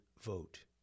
vote